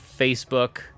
Facebook